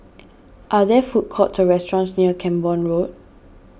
are there food courts or restaurants near Camborne Road